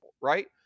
Right